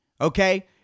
okay